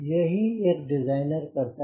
यही एक डिज़ाइनर करता है